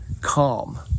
calm